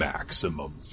Maximum